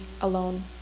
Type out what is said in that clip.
alone